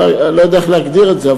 אני לא יודע איך להגדיר את זה,